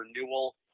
renewal